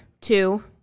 two